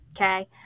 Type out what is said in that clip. okay